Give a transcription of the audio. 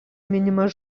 minimas